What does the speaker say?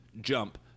jump